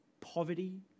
poverty